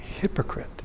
hypocrite